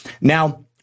Now